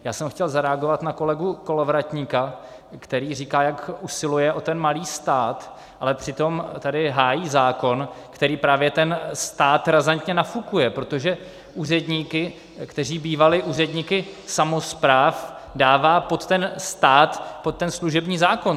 Já jsem chtěl zareagovat na kolegu Kolovratníka, který říká, jak usiluje o malý stát, a přitom tady hájí zákon, který právě ten stát razantně nafukuje, protože úředníky, kteří bývali úředníky samospráv, dává pod stát, pod služební zákon.